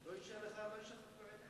לא היה מה שיש היום.